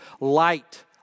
light